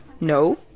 No